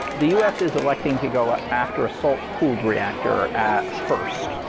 the u s. is electing to go ah after salt cooled reactor at first.